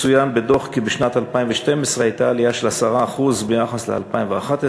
צוין בדוח כי בשנת 2012 הייתה עלייה של 10% ביחס ל-2011